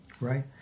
Right